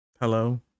Hello